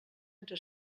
entre